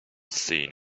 seen